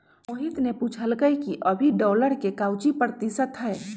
मोहित ने पूछल कई कि अभी डॉलर के काउची प्रतिशत है?